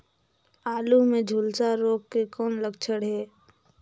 आलू मे झुलसा रोग के कौन लक्षण हे?